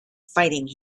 fighting